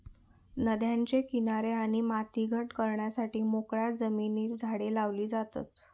नद्यांचे किनारे आणि माती घट करण्यासाठी मोकळ्या जमिनीर झाडे लावली जातत